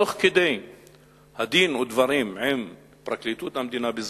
תוך כדי דין-ודברים עם פרקליטות המדינה בזמנו,